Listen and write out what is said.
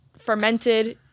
fermented